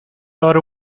thought